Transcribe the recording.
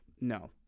no